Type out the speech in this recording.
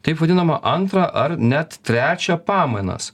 taip vadinamą antrą ar net trečią pamainas